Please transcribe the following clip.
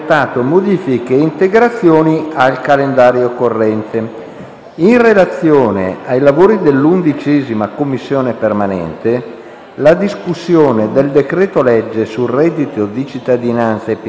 la discussione del decreto-legge sul reddito di cittadinanza e pensioni inizierà lunedì 25 febbraio, alle ore 10,30, ove concluso dalla Commissione.